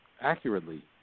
accurately